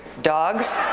dogs,